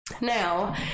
now